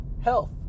health